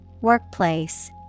Workplace